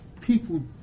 people